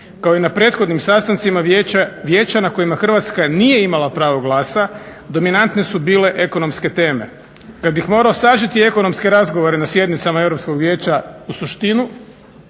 kao i na prethodnim sastancima vijeća na kojima Hrvatska nije imala pravo glasa, dominantne su bile ekonomske teme. Kada bih mogao sažeti ekonomske razgovore na sjednicama Europskog vijeća u suštinu